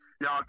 Y'all